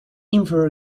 infer